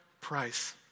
price